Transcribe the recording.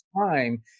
time